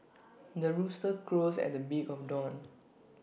the rooster crows at the beak of dawn